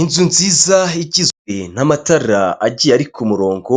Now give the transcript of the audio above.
Inzu nziza igizwe n'amatara agiye ari ku murongo